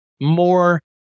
more